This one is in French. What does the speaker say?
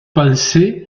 pensée